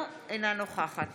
אינה נוכחת